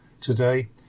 today